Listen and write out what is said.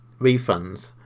refunds